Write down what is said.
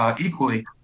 equally